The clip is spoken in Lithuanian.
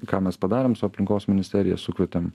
ką mes padarėm su aplinkos ministerija sukvietėm